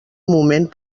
moment